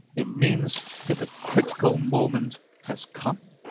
it means that the critical moment has come.